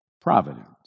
Providence